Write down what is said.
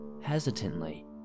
Hesitantly